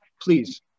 please